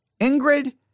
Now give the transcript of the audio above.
Ingrid